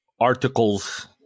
articles